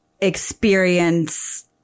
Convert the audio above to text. experience